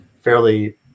fairly